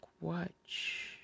Watch